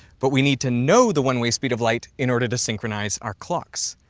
but we need to know the one-way speed of light in order to synchronize our clocks.